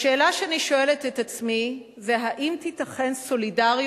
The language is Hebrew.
השאלה שאני שואלת את עצמי היא האם תיתכן סולידריות